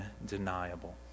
undeniable